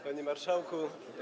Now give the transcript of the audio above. Panie Marszałku!